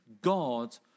God